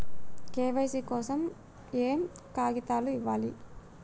KYC కోసం ఏయే కాగితాలు ఇవ్వాలి?